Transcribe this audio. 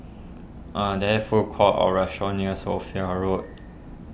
are there food courts or restaurants near Sophia Road